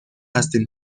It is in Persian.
هستیم